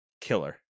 killer